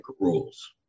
rules